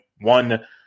One